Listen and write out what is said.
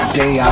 day